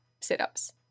sit-ups